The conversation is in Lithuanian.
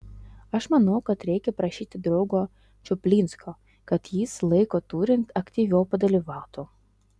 aš manau kad reikia prašyti draugo čuplinsko kad jis laiko turint aktyviau padalyvautų